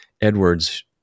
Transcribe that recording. Edwards